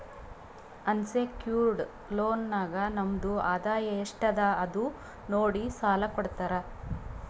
unsecured loan ನಾಗ್ ನಮ್ದು ಆದಾಯ ಎಸ್ಟ್ ಅದ ಅದು ನೋಡಿ ಸಾಲಾ ಕೊಡ್ತಾರ್